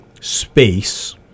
space